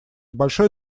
большой